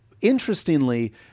interestingly